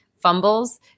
fumbles